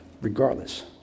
regardless